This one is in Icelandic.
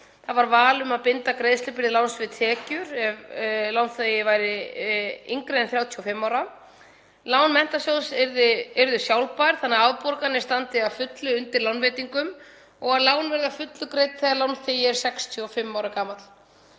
og val um að binda greiðslubyrði láns við tekjur ef lánþegi væri yngri en 35 ára. Lán Menntasjóðs yrðu sjálfbær þannig að afborganir stæðu að fullu undir lánveitingum og lán yrðu að fullu greidd þegar lánþegi er 65 ára gamall.